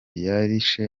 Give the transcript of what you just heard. yarishe